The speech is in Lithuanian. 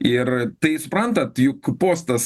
ir tai suprantate juk postas